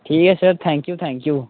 ठीक ऐ sir thank you thank U